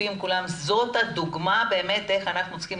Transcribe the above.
זאת הדוגמא באמת איך אנחנו צריכים